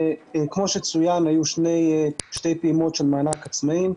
כמו שצוין, היו שתי פעימות של מענק עצמאיים.